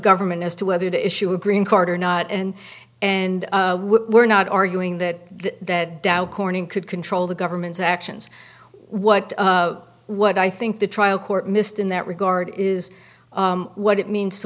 government as to whether to issue a green card or not and and we're not arguing that that dow corning could control the government's actions what what i think the trial court missed in that regard is what it means to